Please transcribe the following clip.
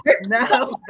No